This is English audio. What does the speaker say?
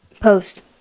post